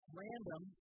random